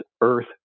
earth